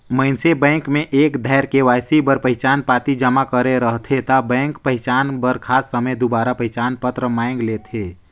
मइनसे बेंक में एक धाएर के.वाई.सी बर पहिचान पाती जमा करे रहथे ता बेंक पहिचान बर खास समें दुबारा पहिचान पत्र मांएग लेथे